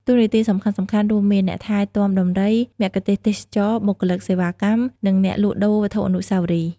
តួនាទីសំខាន់ៗរួមមាន អ្នកថែទាំដំរី មគ្គុទ្ទេសក៍ទេសចរណ៍ បុគ្គលិកសេវាកម្ម និងអ្នកលក់ដូរវត្ថុអនុស្សាវរីយ៍។